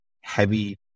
heavy